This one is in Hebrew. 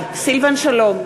סילבן שלום,